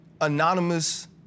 anonymous